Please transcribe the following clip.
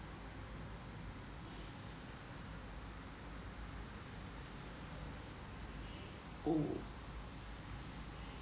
oh